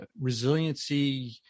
resiliency